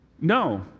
No